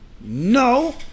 No